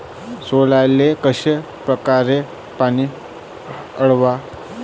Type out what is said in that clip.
सोल्याले कशा परकारे पानी वलाव?